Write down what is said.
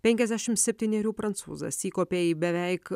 penkiasdešim septynerių prancūzas įkopė į beveik